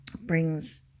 brings